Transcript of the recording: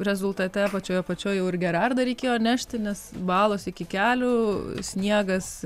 rezultate pačioj apačioj jau ir gerardą reikėjo nešti nes balos iki kelių sniegas